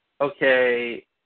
okay